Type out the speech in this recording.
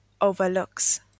Overlooks